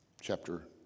chapter